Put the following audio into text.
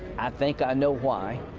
i think i know why.